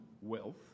wealth